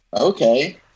Okay